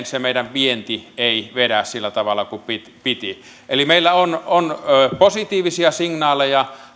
se meidän vienti vedä sillä tavalla kuin piti eli meillä on on positiivisia signaaleja